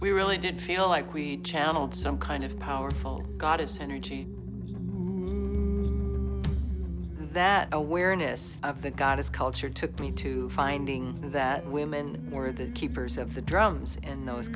we really did feel like we channeled some kind of powerful goddess energy that awareness of the goddess culture took me to finding that women were the keepers of the drones and those